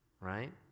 right